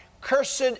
Cursed